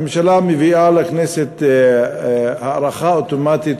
הממשלה מביאה לכנסת הארכה אוטומטית,